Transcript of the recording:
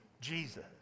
Jesus